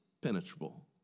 penetrable